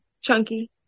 Chunky